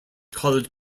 college